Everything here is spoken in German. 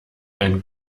ein